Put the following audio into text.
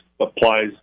applies –